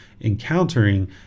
encountering